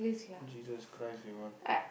Jesus Christ they all